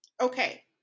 Okay